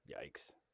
Yikes